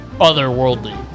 Otherworldly